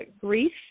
grief